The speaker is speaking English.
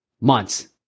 months